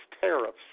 tariffs